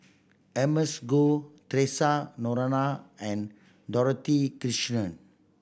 Emma's Goh Theresa Noronha and Dorothy Krishnan